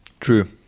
True